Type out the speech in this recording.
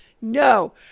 no